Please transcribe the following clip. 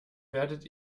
werdet